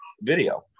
video